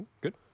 Good